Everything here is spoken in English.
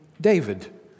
David